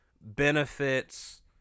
benefits